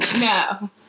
no